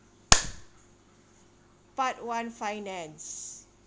part one finance